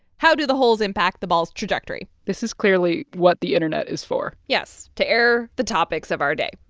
how do the holes impact the ball's trajectory? this is clearly what the internet is for yes, to air the topics of our day.